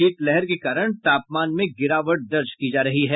शीतलहर के कारण तापमान में गिरावट दर्ज की जा रही है